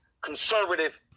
conservative